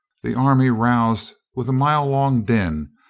the army roused with a mile long din,